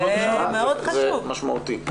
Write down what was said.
זה משמעותי.